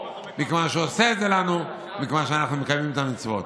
מכיוון שהוא עושה את זה לנו מכיוון שאנחנו מקיימים את המצוות.